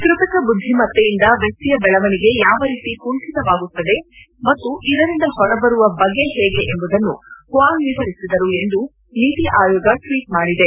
ಕೃತಕ ಬುದ್ದಿಮತ್ತೆಯಿಂದ ವ್ಯಕ್ತಿಯ ಬೆಳವಣಿಗೆ ಯಾವ ರೀತಿ ಕುಂಟತವಾಗುತ್ತಿದೆ ಮತ್ತು ಇದರಿಂದ ಹೊರಬರುವ ಬಗೆ ಹೇಗೆ ಎಂಬುದನ್ನು ಹ್ವಾಂಗ್ ವಿವರಿಸಿದರು ಎಂದು ನೀತಿ ಆಯೋಗ ಟ್ವೀಟ್ ಮಾಡಿದೆ